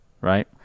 right